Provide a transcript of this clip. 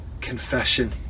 confession